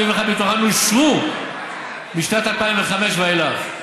71 מתוכן אושרו משנת 2005 ואילך,